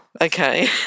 okay